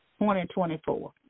2024